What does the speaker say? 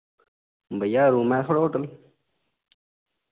भैया रूम ऐ थोआड़े होटल